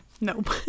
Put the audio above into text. Nope